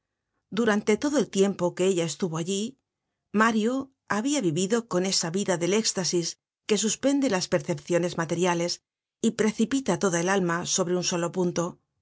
durante todo el tiempo que ella estuvo allí mario habia vivido con esa vida del éxtasis que suspende las percepciones materiales y precipita toda el alma sobre un solo punto